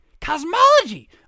Cosmology